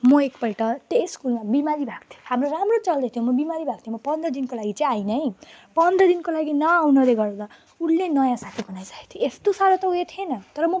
म एकपल्ट त स्कुलमा बिमारी भएको थिएँ हाम्रो राम्रो चल्दैथ्यो म बिमारी भएको थिएँ म पन्ध्र दिनको लागि चाहिँ आइनँ है पन्ध्र दिनको लागि नआउनाले गर्दा उसले नयाँ साथी बनाइसकेको थियो यस्तो साह्रो त उयो थिएन तर म